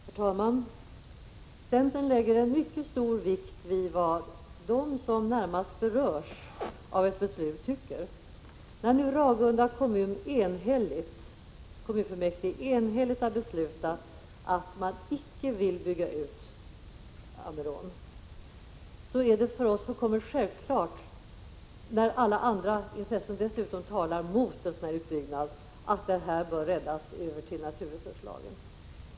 Herr talman! Centern lägger mycket stor vikt vid vad de som närmast berörs av ett beslut tycker. När nu Ragunda kommunfullmäktige enhälligt har beslutat att man icke vill bygga ut Ammerån, så är det för oss fullkomligt självklart — när dessutom alla andra intressen talar mot en utbyggnad — att detta ärende bör räddas över till naturresurslagen.